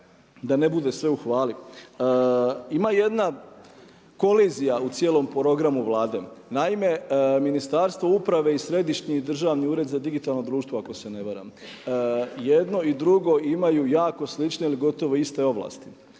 da ne bude sve u hvali, ima jedna kolizija u cijelom programu Vlade. Naime, Ministarstvo uprave i Središnji državni ured za digitalno društvo ako se ne varam jedno i drugo imaju jako slične ili gotovo iste ovlasti.